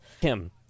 Kim